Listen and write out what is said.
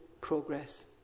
Progress